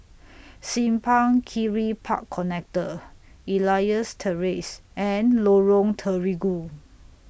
Simpang Kiri Park Connector Elias Terrace and Lorong Terigu